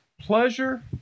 Pleasure